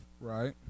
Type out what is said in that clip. right